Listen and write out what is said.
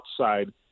outside